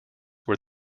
were